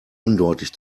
undeutlich